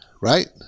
right